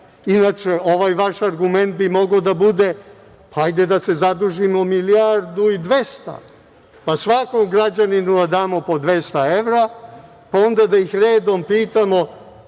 evra? Inače, ovaj vaš argument bi mogao da bude – hajde da se zadužimo milijardu i 200 pa svakom građaninu da damo po 200 evra, pa onda da ih redom pitamo